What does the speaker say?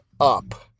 up